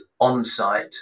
on-site